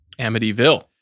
Amityville